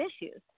issues